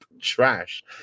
trash